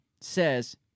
says